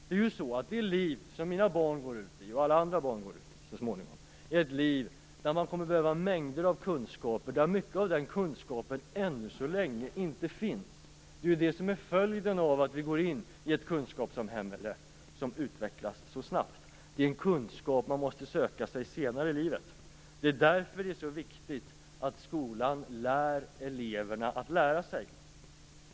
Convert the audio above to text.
Det liv som mina och alla andra barn går ut i är ett liv där de kommer att behöva mängder av kunskaper och där mycket av den kunskapen ännu så länge inte finns. Det är följden av att vi går in i ett kunskapssamhälle som utvecklas så snabbt, en kunskap man måste söka sig senare i livet. Det är därför så viktigt att skolan lär eleverna att lära sig.